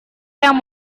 yang